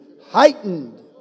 heightened